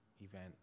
event